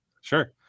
Sure